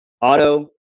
auto